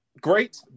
great